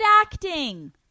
acting